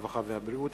הרווחה והבריאות.